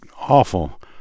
awful